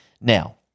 Now